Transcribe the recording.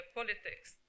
politics